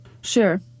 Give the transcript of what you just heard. Sure